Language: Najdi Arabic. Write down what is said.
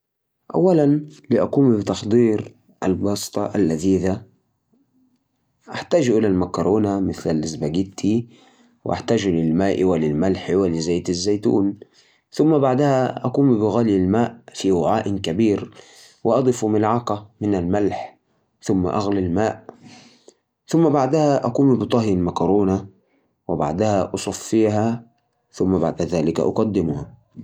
أحب الكبسة، وطريقة طبخها سهلة. أول شيء، نحط زيت في قدر، ثم نضيف بصل مفروم ونقليه لحد ما يصير دهبي. بعدين نضيف لحم، ونحركه مع البصل شوي، بعدين نضيف الطماطم والبهارات، ونقلب الكل مع بعض. بعد كدا نضيف الأرز والماء، ونخليها تطبخ على نار هادية لحد ما يستوي. وبالعافية.